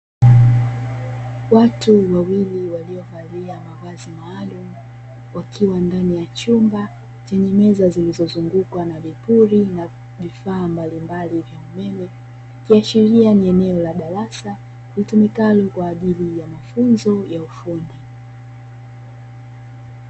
Watu wawili waliyovalia mavazi maalumu, wakiwa ndani ya chumba chenye meza zilizozungukwa na vipuri na vifaa mbalimbali vya umeme. Ikiashiria ni eneo la darasa litumikalo kwa ajili ya mafunzo ya ufundi.